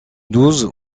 douze